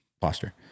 posture